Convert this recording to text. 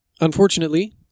Unfortunately